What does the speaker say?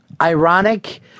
ironic